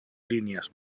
línies